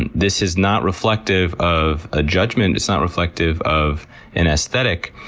and this is not reflective of a judgement. it's not reflective of an aesthetic.